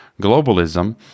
globalism